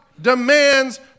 demands